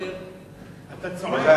בסדר-היום של הכנסת נתקבלה.